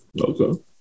okay